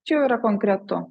čia jau yra konkretu